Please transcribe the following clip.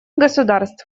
государств